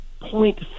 Point